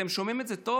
אתם שומעים את זה טוב?